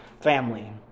family